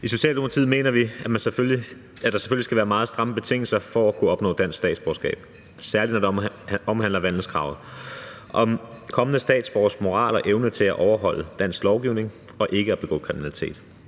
I Socialdemokratiet mener vi, at der selvfølgelig skal være meget stramme betingelser for at kunne opnå dansk statsborgerskab, særlig når det omhandler vandelskravet om kommende statsborgeres moral og evne til at overholde dansk lovgivning og ikke at begå kriminalitet.